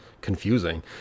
confusing